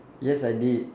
yes I did